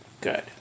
Good